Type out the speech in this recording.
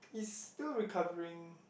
he's still recovering